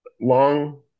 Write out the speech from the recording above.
Long